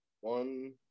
One